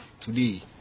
Today